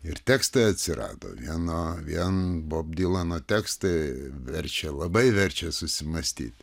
ir tekstai atsirado vieno vien bob dilanos tekstai verčia labai verčia susimąstyti